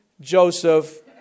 Joseph